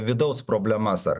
vidaus problemas ar